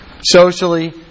socially